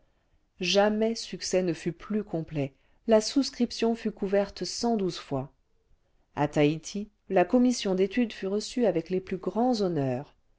jamais succès ne fut plus complet la souscription fut couverte cent douze foisa taïti là commission d'études fut reçue avec les plus grands honneurs